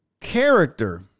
character